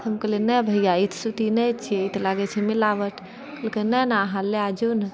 हम कहलियै नहि भैआ ई तऽ सूती नहि छियै ई लागैत छै मिलावट ओ कहलके नहि नहि अहाँ लए जाओ न